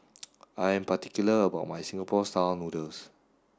I am particular about my Singapore style noodles